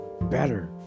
better